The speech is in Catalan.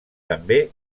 també